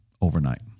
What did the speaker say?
overnight